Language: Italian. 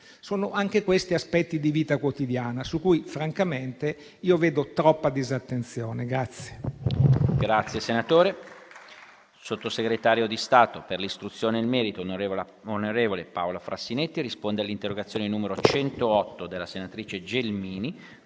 sono anche questi aspetti di vita quotidiana, su cui francamente vedo troppa disattenzione.